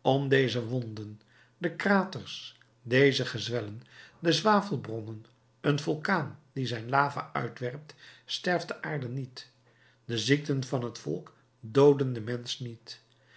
om deze wonden de kraters deze gezwellen de zwavelbronnen een vulkaan die zijn lava uitwerpt sterft de aarde niet de ziekten van het volk dooden den mensch niet